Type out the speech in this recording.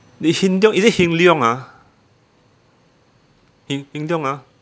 lee hin leo~ is it hin leong ah hin hin leong ah